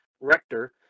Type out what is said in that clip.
rector